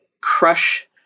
crush